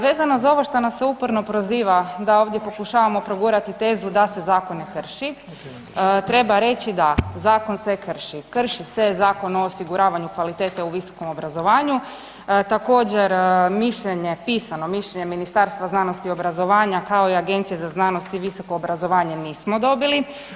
Vezano za ovo što nas se uporno proziva da ovdje pokušavamo progurati tezu da se zakone krši, treba reći da zakon se krši, krši se zakon o osiguravanju kvalitete u visokom obrazovanju, također mišljenje, pisano mišljenje Ministarstva znanosti i obrazovanja kao i Agencije za znanost i visoko obrazovanje nismo dobili.